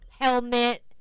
helmet